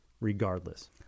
regardless